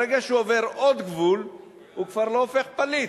ברגע שהוא עובר עוד גבול הוא כבר לא פליט,